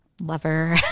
lover